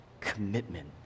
commitment